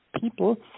people